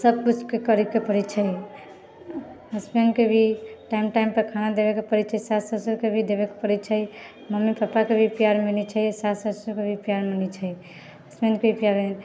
सब कुछके करेके पड़ै छै हसबैण्डके भी टाइम टाइमपर खाना देवेके पड़ै छै सास ससुरके भी देवेके पड़ै छै मम्मी पापाके भी प्यार मिलै छै सास ससुरके भी प्यार मिलै छै हसबैण्डके प्यार मिलै छै